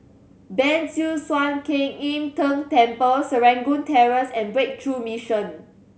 Ban Siew San Kuan Im Tng Temple Serangoon Terrace and Breakthrough Mission